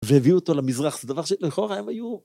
והביאו אותו למזרח זה דבר שלכאורה הם היו